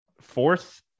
fourth